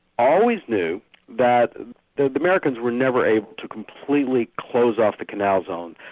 always knew that the americans were never able to completely close off the canal zone.